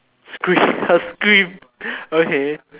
scream her scream okay